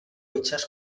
itsas